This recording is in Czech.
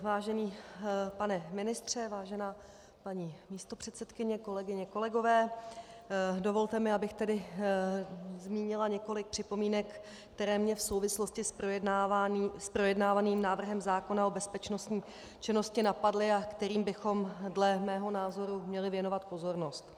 Vážený pane ministře, vážená paní místopředsedkyně, kolegyně, kolegové, dovolte mi, abych tedy zmínila několik připomínek, které mě v souvislosti s projednávaným návrhem zákona o bezpečnostní činnosti napadly a kterým bychom dle mého názoru měli věnovat pozornost.